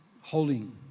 holding